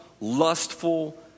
lustful